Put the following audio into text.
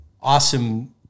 Awesome